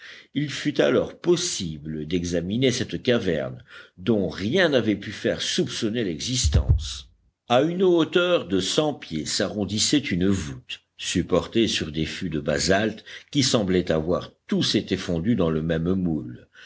il fut alors possible d'examiner cette caverne dont rien n'avait pu faire soupçonner l'existence à une hauteur de cent pieds s'arrondissait une voûte supportée sur des fûts de basalte qui semblaient avoir tous été fondus dans le même moule